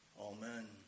Amen